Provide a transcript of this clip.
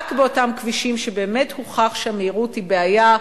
רק באותם כבישים שבאמת הוכח שהמהירות שם היא בעיה,